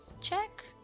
check